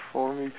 for me